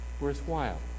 worthwhile